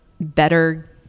better